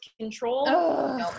control